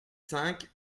cinq